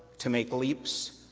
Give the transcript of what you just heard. to make leaps,